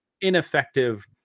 ineffective